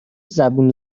زبون